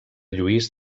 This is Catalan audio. lluís